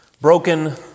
broken